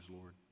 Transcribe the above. Lord